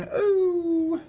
and oh,